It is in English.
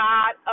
God